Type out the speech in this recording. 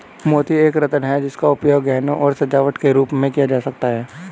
मोती एक रत्न है जिसका उपयोग गहनों और सजावट के रूप में किया जाता था